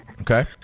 Okay